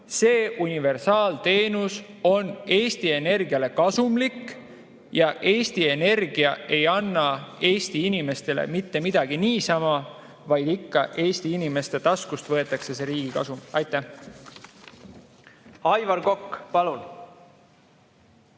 see universaalteenus on Eesti Energiale kasumlik ja Eesti Energia ei anna Eesti inimestele mitte midagi niisama, vaid ikka Eesti inimeste taskust võetakse see riigi kasum. Aitäh! Aivar Kokk, palun!